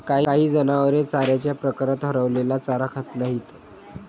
काही जनावरे चाऱ्याच्या प्रकारात हरवलेला चारा खात नाहीत